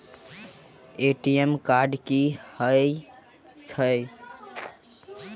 ATM card की हएत छै?